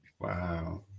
Wow